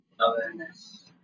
awareness